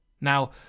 Now